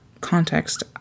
context